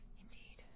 indeed